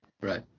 Right